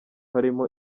arimo